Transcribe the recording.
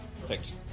Perfect